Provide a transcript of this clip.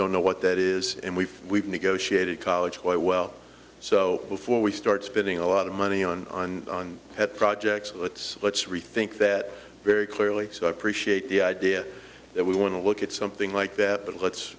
don't know what that is and we've we've negotiated college quite well so before we start spending a lot of money on on pet projects let's let's rethink that very clearly so i appreciate the idea that we want to look at something like that but let's